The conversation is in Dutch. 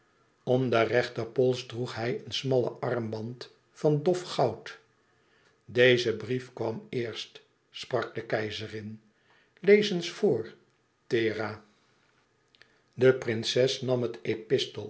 om den rechterpols droeg hij een smallen armband van dof goud deze brief kwam eerst sprak de keizerin lees eens voor thera de prinses nam het